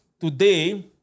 today